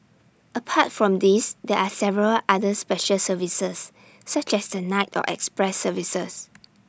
apart from these there are several other special services such as the night or express services